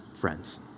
friends